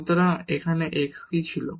সুতরাং এখানে x কি ছিল